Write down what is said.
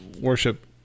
worship